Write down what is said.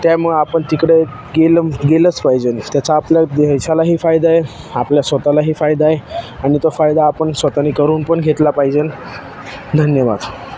त्यामुळं आपण तिकडे गेल गेलंच पाहिजेल त्याचा आपल्या देशालाही फायदा आहे आपल्या स्वतःलाही फायदा आहे आणि तो फायदा आपण स्वतःने करून पण घेतला पाहिजेल धन्यवाद